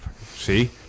See